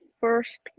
first